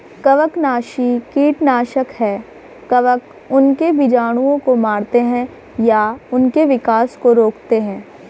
कवकनाशी कीटनाशक है कवक उनके बीजाणुओं को मारते है या उनके विकास को रोकते है